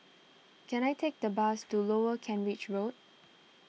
can I take the bus to Lower Kent Ridge Road